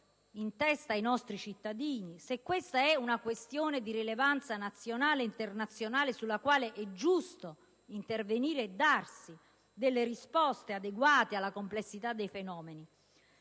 testa dei nostri cittadini, se è una questione di rilevanza nazionale e internazionale sulla quale è giusto intervenire e dare risposte adeguate alla complessità dei fenomeni,